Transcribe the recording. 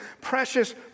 precious